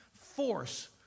force